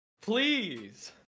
please